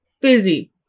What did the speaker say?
busy